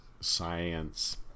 Science